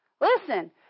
Listen